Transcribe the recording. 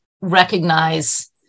recognize